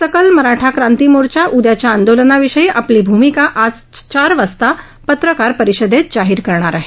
सकल मराठा क्रांती मोर्चा उद्याच्या आंदोलनाविषयी आपली भूमिका आज चार वाजता पत्रकार परिषदेत जाहीर करणार आहे